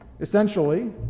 Essentially